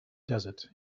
desert